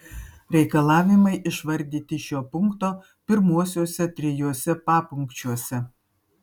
reikalavimai išvardyti šio punkto pirmuosiuose trijuose papunkčiuose